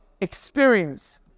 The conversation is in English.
experience